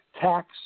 tax